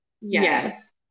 Yes